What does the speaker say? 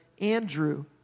Andrew